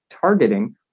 targeting